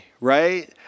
right